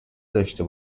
داشته